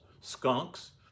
skunks